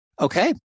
Okay